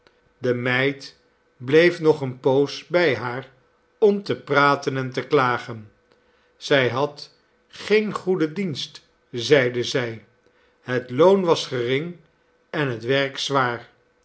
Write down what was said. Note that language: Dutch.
de meid bleef nog eene poos bij haar om te praten en te klagen zij had geen goeden dienst zeide zij het loon was gering en het werk zwaar